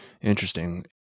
Interesting